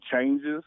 changes